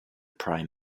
prime